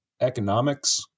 economics